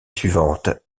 suivante